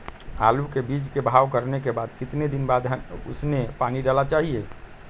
आलू के बीज के भाव करने के बाद कितने दिन बाद हमें उसने पानी डाला चाहिए?